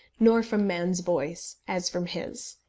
nor from man's voice, as from his!